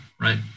right